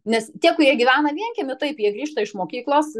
nes tie kurie gyvena vienkiemy taip jie grįžta iš mokyklos